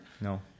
no